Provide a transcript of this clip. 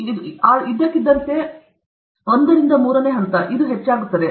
ಆದ್ದರಿಂದ ಒಂದು ಇದ್ದಕ್ಕಿದ್ದಂತೆ ಇದು ಮೂರು ಹೆಚ್ಚಾಗುತ್ತದೆ